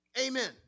Amen